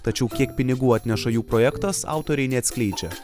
tačiau kiek pinigų atneša jų projektas autoriai neatskleidžia